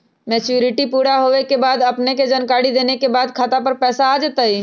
Maturity पुरा होवे के बाद अपने के जानकारी देने के बाद खाता पर पैसा आ जतई?